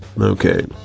okay